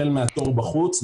החל מהתור בחוץ,